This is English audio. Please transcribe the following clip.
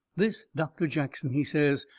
this doctor jackson, he says,